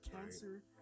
cancer